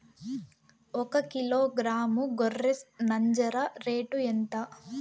ఒకకిలో గ్రాము గొర్రె నంజర రేటు ఎంత?